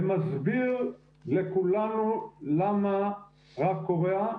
ומסביר לכולנו למה רק קוריאה,